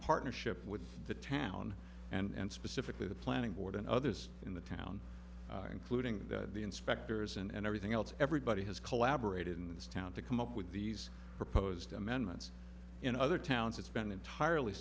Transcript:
partnership with the town and specifically the planning board and others in the town including that the inspectors and everything else everybody has collaborated in this town to come up with these proposed amendments in other towns it's been entirely